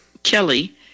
kelly